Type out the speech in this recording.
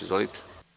Izvolite.